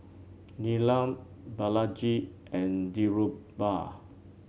Neelam Balaji and Dhirubhai